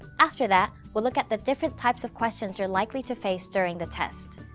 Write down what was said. after that we'll look at the different types of questions you're likely to face during the test.